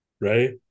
right